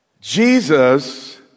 Jesus